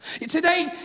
Today